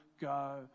go